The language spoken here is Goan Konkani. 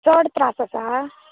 चड त्रास आसा